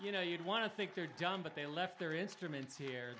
you know you'd want to think they're done but they left their instruments here